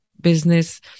business